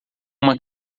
uma